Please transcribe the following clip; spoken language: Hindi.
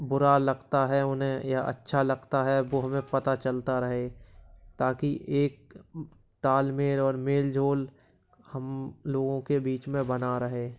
बुरा लगता है उन्हें या अच्छा लगता है वो हमें पता चलता रहे ताकि एक ताल मेल और मेल जोल हम लोगों के बीच में बना रहे